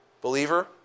Believer